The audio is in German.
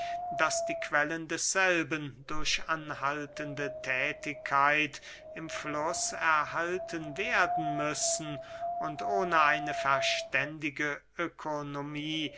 daß die quellen desselben durch anhaltende thätigkeit im fluß erhalten werden müssen und ohne eine verständige ökonomie